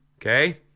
Okay